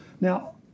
Now